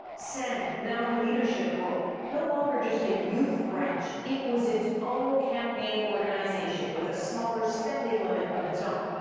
sanni, now in a leadership role, no longer just a youth branch, it was its own campaign orginisation with a smaller spending limit of its own.